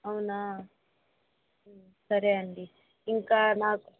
అవునా సరే అండి ఇంకా నాకు